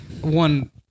one